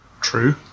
True